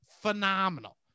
Phenomenal